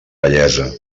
bellesa